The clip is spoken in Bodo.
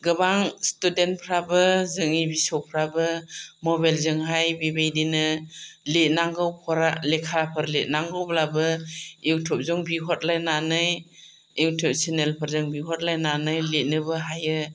गोबां स्टुडेन्टफोराबो जोंनि फिसौफोराबो मबाइलजोंहाय बेबायदिनो लिरनांगौ फरा लेखाफोर लिरनांगौब्लाबो युटुबजों बिहरलायनानै युटुब सेनेलफोरजों बिहरलायनानै लिरनोबो हायो